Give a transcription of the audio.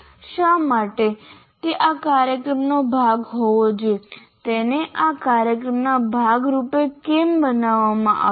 શા માટે તે આ કાર્યક્રમનો ભાગ હોવો જોઈએ તેને આ કાર્યક્રમના ભાગ રૂપે કેમ બનાવવામાં આવ્યો